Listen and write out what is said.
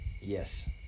Yes